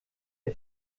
der